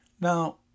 Now